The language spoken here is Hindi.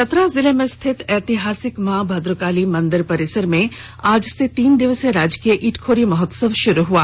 चतरा जिले में स्थित ऐतिहासिक मां भद्रकाली मंदिर परिसर में आज से तीन दिवसीय राजकीय इटखोरी महोत्सव शुरू हुआ